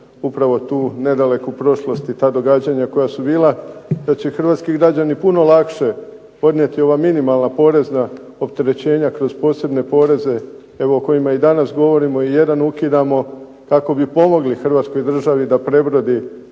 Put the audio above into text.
upravo tu nedaleku prošlost i ta događanja koja su bila, da će hrvatski građani puno lakše podnijeti ova minimalna porezna opterećenja kroz posebne poreze evo o kojima i danas govorimo i jedan ukidamo kako bi pomogli Hrvatskoj državi da prebrodi